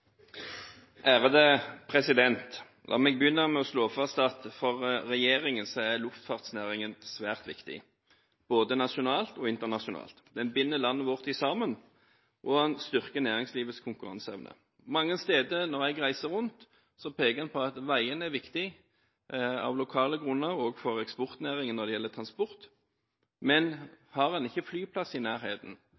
luftfartsnæringen svært viktig, både nasjonalt og internasjonalt. Den binder landet vårt sammen, og den styrker næringslivets konkurranseevne. Mange steder når jeg reiser rundt, peker en på at veiene er viktige av lokale grunner – også for eksportnæringen når det gjelder transport – men